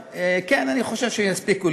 כן, אני חושב שיספיקו לי.